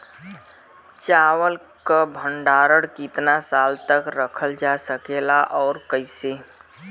चावल क भण्डारण कितना साल तक करल जा सकेला और कइसे?